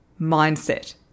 mindset